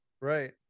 Right